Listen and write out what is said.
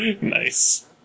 Nice